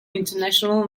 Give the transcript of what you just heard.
international